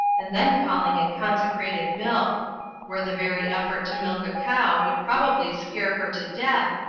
and then calling it consecrated milk where the very effort to milk a cow would probably scare her to death,